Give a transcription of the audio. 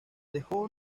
dejó